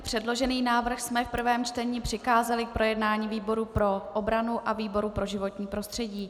Předložený návrh jsme v prvém čtení přikázali k projednání výboru pro obranu a výboru pro životní prostředí.